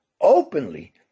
openly